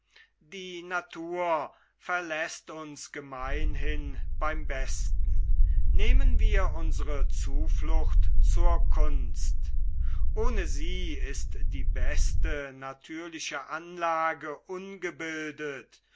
die natur verläßt uns gemeinhin beim besten nehmen wir unsere zuflucht zur kunst ohne sie ist die beste natürliche anlage ungebildet